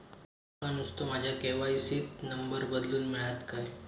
माका नुस्तो माझ्या के.वाय.सी त नंबर बदलून मिलात काय?